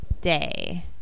day